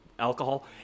Alcohol